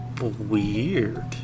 Weird